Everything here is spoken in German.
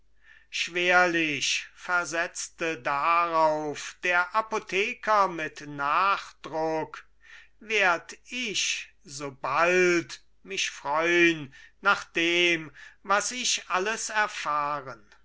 schwerlich versetzte darauf der apotheker mit nachdruck werd ich so bald mich freun nach dem was ich alles erfahren